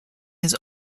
his